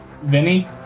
Vinny